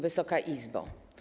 Wysoka Izbo!